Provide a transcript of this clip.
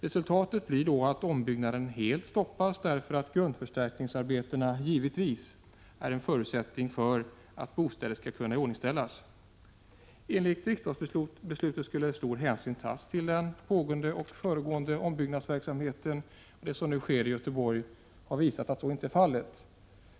Resultatet blir att ombyggnaden helt stoppas därför att grundförstärkningsarbeten givetvis är en förutsättning för att bostäder skall kunna iordningställas. Enligt riksdagsbeslut skulle stor hänsyn tas till pågående och föregående ombyggnadsverksamhet. Det som nu sker i Göteborg har visat att så inte är fallet.